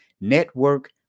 network